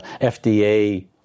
FDA